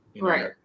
right